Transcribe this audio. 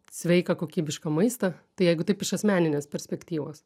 sveiką kokybišką maistą tai jeigu taip iš asmeninės perspektyvos